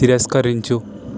తిరస్కరించు